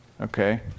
okay